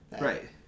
Right